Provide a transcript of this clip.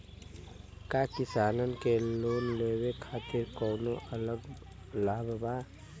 का किसान के लोन लेवे खातिर कौनो अलग लाभ बा?